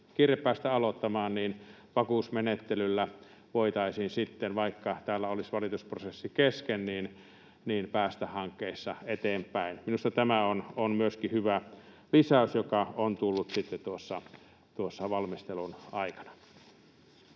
kiire päästä aloittamaan, niin vakuusmenettelyllä voitaisiin sitten, vaikka täällä olisi valitusprosessi kesken, päästä hankkeissa eteenpäin. Minusta myöskin tämä on hyvä lisäys, joka on tullut tuossa valmistelun aikana.